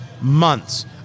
months